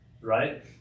right